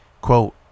Quote